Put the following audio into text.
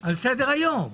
על מה שנמצא היום.